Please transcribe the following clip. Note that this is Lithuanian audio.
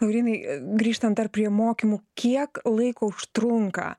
laurynai grįžtant dar prie mokymų kiek laiko užtrunka